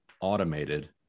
automated